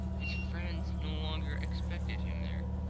his friends no longer expected him there.